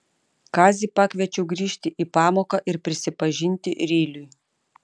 kazį pakviečiau grįžti į pamoką ir prisipažinti ryliui